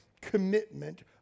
commitment